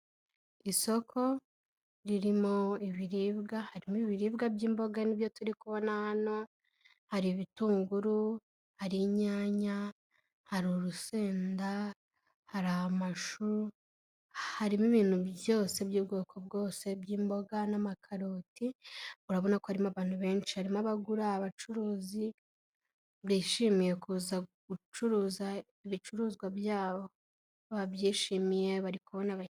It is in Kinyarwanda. Isoko ririmo ibiribwa harimo ibiribwa by'imboga ni byo turi kubona hano, hari ibitunguru, hari inyanya, hari urusenda, hari amashu, harimo ibintu byose by'ubwoko bwose by'imboga n'amakaroti, murabona ko harimo abantu benshi harimo abagura, abacuruzi bishimiye kuza gucuruza ibicuruzwa byabo babyishimiye bari kubona abakiriya.